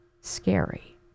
scary